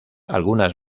algunas